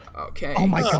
okay